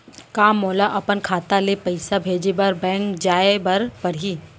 का मोला अपन खाता ले पइसा भेजे बर बैंक जाय ल परही?